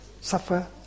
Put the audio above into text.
suffer